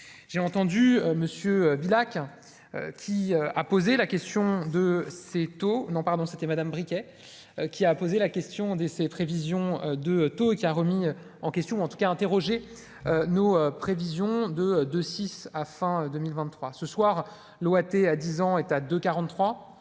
j'ai entendu monsieur Villach qui a posé la question de ses taux, non pardon, c'était Madame Briquet qui a posé la question des ses prévisions de taux et qui a remis en question, en tout cas, interrogé nos prévisions de de 6 à fin 2023 ce soir, l'OAT à 10 ans, état de 43